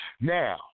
Now